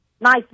nice